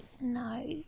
no